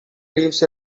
leaves